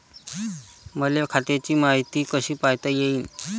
मले खात्याची मायती कशी पायता येईन?